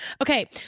Okay